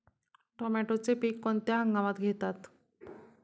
टोमॅटोचे पीक कोणत्या हंगामात घेतात?